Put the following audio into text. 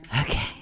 Okay